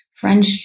French